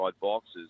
boxes